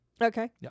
Okay